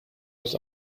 aus